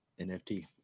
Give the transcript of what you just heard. NFT